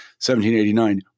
1789